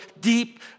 deep